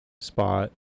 spot